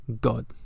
God